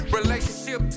Relationship